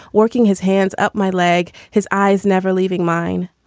working his hands up my leg. his eyes never leaving mine.